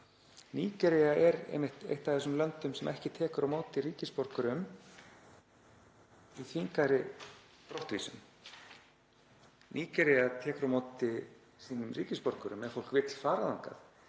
Nígería er einmitt eitt af þeim löndum sem ekki tekur á móti ríkisborgurum í þvingaðri brottvísun. Nígería tekur á móti sínum ríkisborgurum ef fólk vill fara þangað